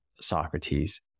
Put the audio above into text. Socrates